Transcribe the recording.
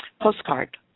postcard